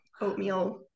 oatmeal